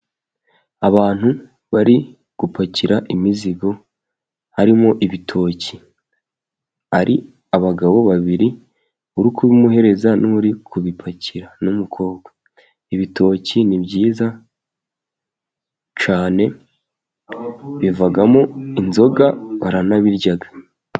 Abantu bari gupakira imizigo harimo ibitoki, hari abagabo babiri uri kubimuhereza n'uri kubipakira, n'umukobwa ibitoki ni byiza cyane bivamo inzoga baranabirya.